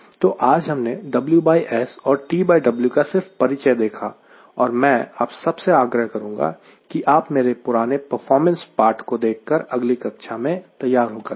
तो आज हमने WS और TW का सिर्फ परिचय देखा और मैं आप सब से आग्रह करूंगा कि आप मेरे पुराने परफॉर्मेंस पाठ को देखकर अगली कक्षा में तैयार होकर आएं